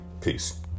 Peace